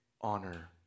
honor